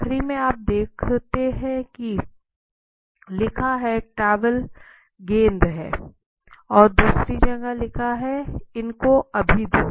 आखिरी में आप देखते हैं की लिखा है टॉवल गंदे हैं और दूसरी जगह लिखा है इनको अभी धो